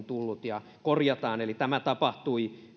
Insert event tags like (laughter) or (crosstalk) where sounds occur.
(unintelligible) tullut energiatodistus ja korjataan tämä eli tämä tapahtui